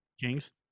Kings